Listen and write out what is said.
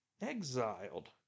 exiled